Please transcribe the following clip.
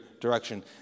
direction